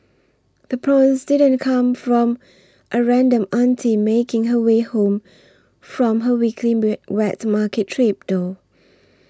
the prawns didn't come from a random auntie making her way home from her weekly bing wet market trip though